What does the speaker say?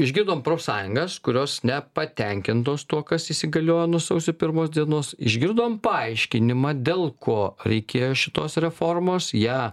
išgirdom profsąjungas kurios nepatenkintos tuo kas įsigaliojo nuo sausio pirmos dienos išgirdom paaiškinimą dėl ko reikėjo šitos reformos ją